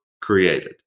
created